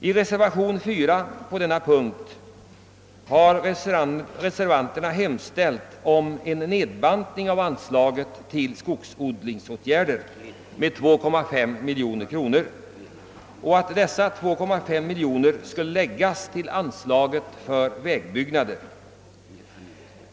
I reservationen 4 vid denna punkt har reservanterna hemställt om en nedbantning av anslaget till skogsodlingsåtgärder med 2,5 miljoner kronor och begärt att det beloppet i stället skall läggas till anslaget för vägbyggnader.